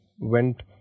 went